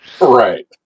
Right